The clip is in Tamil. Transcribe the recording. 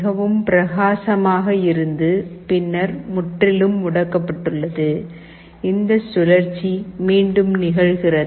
மிகவும் பிரகாசமாக இருந்து பின்னர் முற்றிலும் முடக்கப்பட்டுள்ளது இந்த சுழற்சி மீண்டும் நிகழ்கிறது